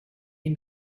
ihm